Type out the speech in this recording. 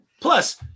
Plus